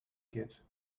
geht